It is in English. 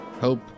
hope